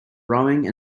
rowing